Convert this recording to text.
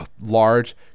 large